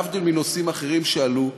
להבדיל מנושאים אחרים שעלו,